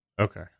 Okay